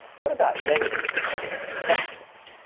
what about negatives and questions?